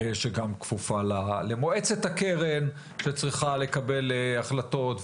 שגם כפופה למועצת הקרן שצריכה לקבל החלטות.